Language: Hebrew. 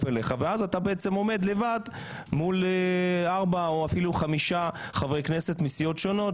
אליך ואז אתה עומד לבד מול ארבעה או חמישה חברי כנסת מסיעות שונות,